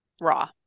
Raw